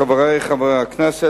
חברי חברי הכנסת,